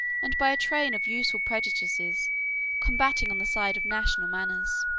and by a train of useful prejudices combating on the side of national manners.